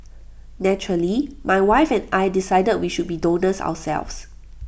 naturally my wife and I decided we should be donors ourselves